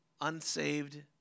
unsaved